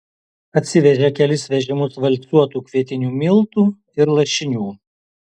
atsivežė kelis vežimus valcuotų kvietinių miltų ir lašinių